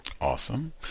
Awesome